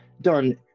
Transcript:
done